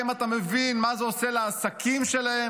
האם אתה מבין מה זה עושה לעסקים שלהם?